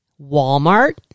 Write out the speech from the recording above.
Walmart